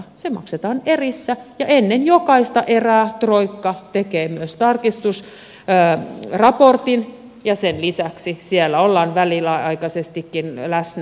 se maksetaan erissä ja ennen jokaista erää troikka tekee myös tarkistusraportin ja sen lisäksi siellä ollaan väliaikaisestikin läsnä